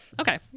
okay